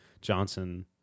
Johnson